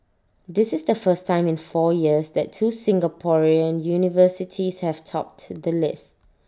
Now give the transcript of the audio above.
this is the first time in four years that two Singaporean universities have topped the list